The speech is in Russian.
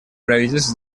правительств